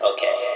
Okay